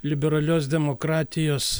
liberalios demokratijos